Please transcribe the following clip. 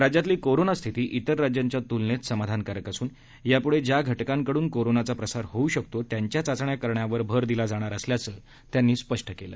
राज्यातली कोरोनास्थिती तेर राज्याच्या तुलनेत समाधानकारक असून यापूढे ज्या घटकांकडून कोरोनाचा प्रसार होऊ शकतो त्यांच्या चाचण्या करण्यावर भर दिला जाणार असल्याचं ते म्हणाले